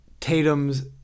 tatum's